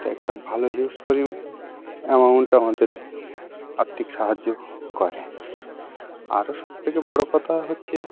তো একটা ভালো হিউজ পরিমাণ অ্যামাউন্ট আমাদের আর্থিক সাহায্য করে আরও সবথেকে বড় কথা হচ্ছে